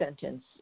sentence